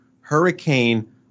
Hurricane